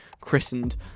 christened